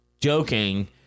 joking